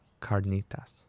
carnitas